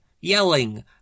yelling